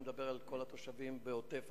אני מדבר על כל התושבים בעוטף-עזה.